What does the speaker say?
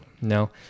No